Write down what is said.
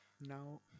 now